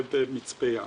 במצפה ים.